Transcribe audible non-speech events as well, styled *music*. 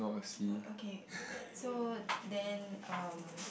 *noise* oh oh okay uh so then um